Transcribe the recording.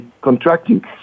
contracting